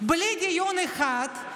בלי דיון אחד.